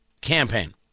campaign